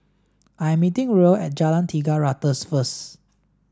I'm meeting Ruel at Jalan Tiga Ratus first